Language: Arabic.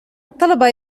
الطلبة